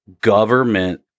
government